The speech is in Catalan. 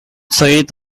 seguit